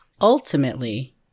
Ultimately